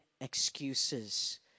excuses